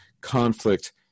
conflict